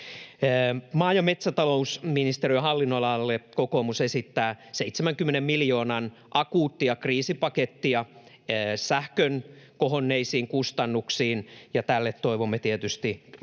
Maa- ja metsätalousministeriön hallinnonalalle kokoomus esittää 70 miljoonan akuuttia kriisipakettia sähkön kohonneisiin kustannuksiin, ja tälle toivomme tietysti